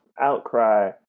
outcry